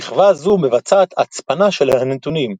שכבה זו מבצעת הצפנה של הנתונים,